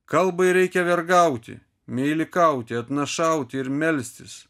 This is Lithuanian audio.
kalbai reikia vergauti meilikauti atnašauti ir melstis